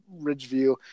Ridgeview